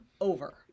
over